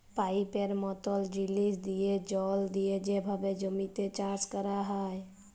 পাইপের মতল জিলিস দিঁয়ে জল দিঁয়ে যেভাবে জমিতে চাষ ক্যরা হ্যয়